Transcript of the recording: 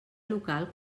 local